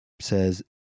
says